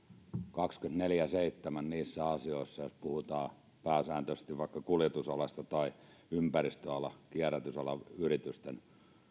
kaksikymmentäneljä kautta seitsemässä niissä asioissa joissa puhutaan pääsääntöisesti vaikka kuljetusalasta tai ympäristöalasta kierrätysalasta yritysten